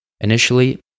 Initially